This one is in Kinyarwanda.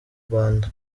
rwanda